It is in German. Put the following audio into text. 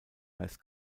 meist